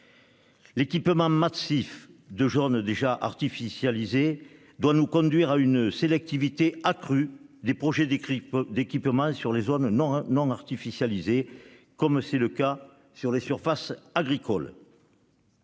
L'équipement massif de zones déjà artificialisées doit nous conduire à une sélectivité accrue des projets d'équipements sur des zones non artificialisées, comme les surfaces agricoles.